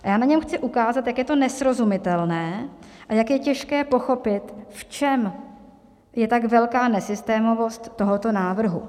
Já na něm chci ukázat, jak je to nesrozumitelné a jak je těžké pochopit, v čem je tak velká nesystémovost tohoto návrhu.